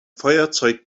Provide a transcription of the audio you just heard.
feuerzeug